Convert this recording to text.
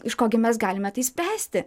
iš ko gi mes galime tai spręsti